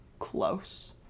Close